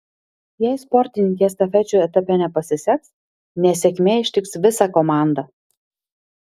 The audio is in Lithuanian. jei sportininkei estafečių etape nepasiseks nesėkmė ištiks visą komandą